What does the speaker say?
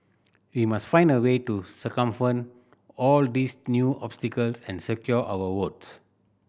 we must find a way to circumvent all these new obstacles and secure our votes